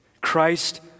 Christ